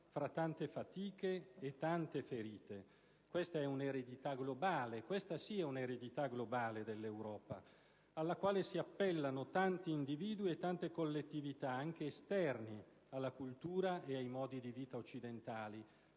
fra tante fatiche e tante ferite. Questa è effettivamente un'eredità globale dell'Europa, alla quale si appellano tanti individui e tante collettività anche esterni alla cultura e ai modi di vita occidentali